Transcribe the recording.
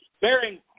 bearing